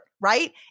right